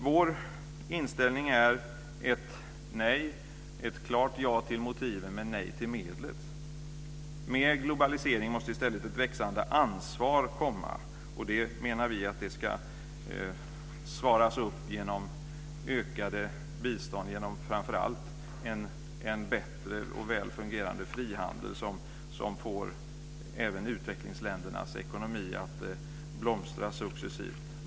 Vår inställning är alltså ett nej - ett klart ja till motiven men ett nej till medlet. Med globalisering måste i stället ett växande ansvar komma. Vi menar att man ska svara upp till det genom ökat bistånd - framför allt genom en bättre och väl fungerande frihandel som får även utvecklingsländernas ekonomi att successivt blomstra.